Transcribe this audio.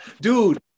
dude